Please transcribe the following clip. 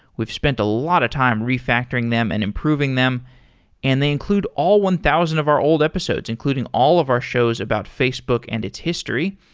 we've spent a lot of time refactoring them and improving them and they include all one thousand of our old episodes, including all of our shows about facebook and its history.